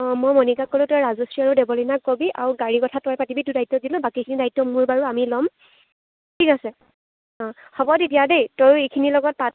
অঁ মই মণিকাক ক'লোঁ তই ৰাজশ্ৰী আৰু দেৱলীনাক কবি আৰু গাড়ীৰ কথা তই পাতিবি তোক দায়িত্ব দিলোঁ আৰু বাকীখিনি দায়িত্ব মোৰ বাৰু আমি ল'ম ঠিক আছে অঁ হ'ব তেতিয়া দেই তয়ো এইখিনিৰ লগত পাত